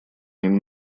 ним